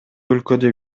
өлкөдө